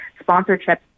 sponsorship